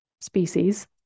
species